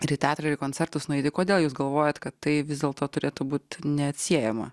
ir į teatrą ir koncertus nueiti kodėl jūs galvojat kad tai vis dėlto turėtų būt neatsiejama